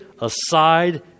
aside